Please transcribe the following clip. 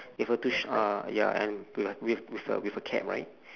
with a two ya and with a with with a with a cat right